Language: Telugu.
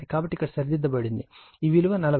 కాబట్టి ఇక్కడ సరిదిద్దబడింది ఈ విలువ 40